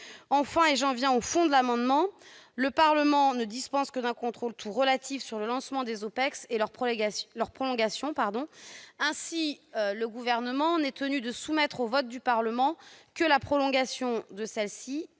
Enfin, j'en viens au fond de l'amendement, le Parlement ne dispose que d'un contrôle tout relatif sur le lancement des OPEX et leur prolongation. Ainsi, le Gouvernement n'est tenu de soumettre au vote du Parlement que la prolongation d'une